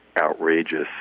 outrageous